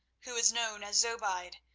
who was known as zobeide,